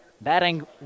batting